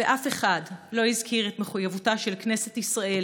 ואף אחד לא הזכיר את מחויבותה של כנסת ישראל